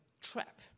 trap